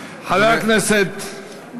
חבר הכנסת,